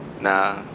Nah